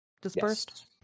dispersed